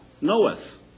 knoweth